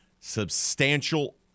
Substantial